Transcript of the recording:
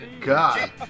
God